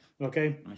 okay